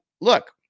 look